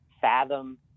fathom